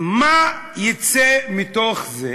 מה יֵצא מתוך זה?